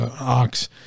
ox